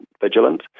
vigilant